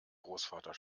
großvater